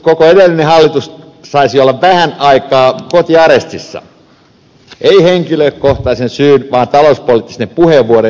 koko edellinen hallitus saisi olla vähän aikaa kotiarestissa ei henkilökohtaisen syyn vaan talouspoliittisten puheenvuorojen johdosta